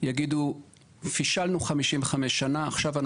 יגידו שהם פישלו במשך 55 שנה ועכשיו הם